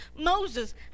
Moses